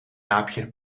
aapje